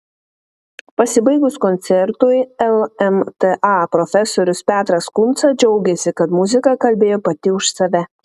pasibaigus koncertui lmta profesorius petras kunca džiaugėsi kad muzika kalbėjo pati už save